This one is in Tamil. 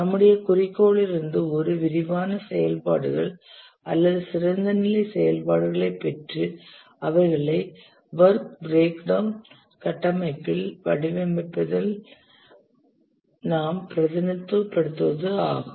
நம்முடைய குறிக்கோளிலிருந்து ஒரு விரிவான செயல்பாடுகள் அல்லது சிறந்த நிலை செயல்பாடுகளைப் பெற்று அவைகளை வொர்க் பிரேக் டவுண் கட்டமைப்பின் வடிவத்தில் நாம் பிரதிநிதித்துவப்படுத்துவது ஆகும்